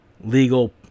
legal